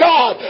God